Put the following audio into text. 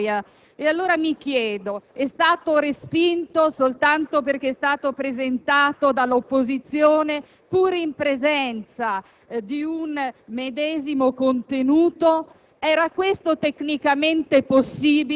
è una valorizzazione che trova fondamento nell'articolo 119 della Costituzione e quindi nel principio di territorialità. Peraltro, ho poi ritrovato l'emendamento riprodotto nel testo della finanziaria.